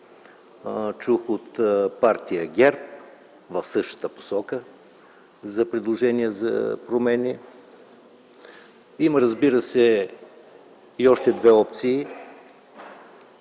чух от партия ГЕРБ в същата посока – за предложения за промени. Разбира се, има и още две опции: